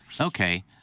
Okay